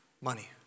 money